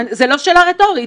זו לא שאלה רטורית.